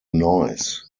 noise